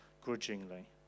grudgingly